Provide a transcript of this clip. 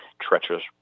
treacherous